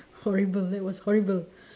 horrible that was horrible